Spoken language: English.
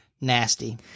Nasty